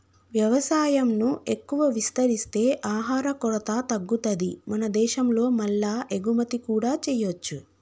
వ్యవసాయం ను ఎక్కువ విస్తరిస్తే ఆహార కొరత తగ్గుతది మన దేశం లో మల్ల ఎగుమతి కూడా చేయొచ్చు